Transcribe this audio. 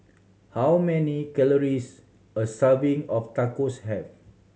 how many calories a serving of Tacos have